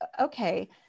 okay